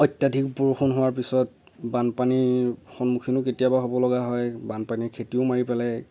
অত্যাধিক বৰষুণ হোৱাৰ পিছত বানপানী সন্মুখীনো কেতিয়াবা হ'বলগীয়া হয় বানপানয়ে খেতিও মাৰি পেলায়